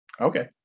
Okay